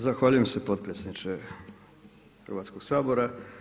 Zahvaljujem se potpredsjedniče Hrvatskog sabora.